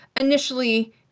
initially